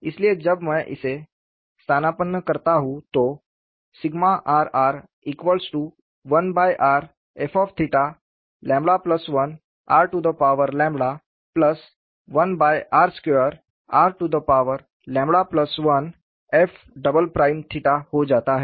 इसलिए जब मैं इसे स्थानापन्न करता हूं तो rr 1rf1r1r2 r1 f हो जाता है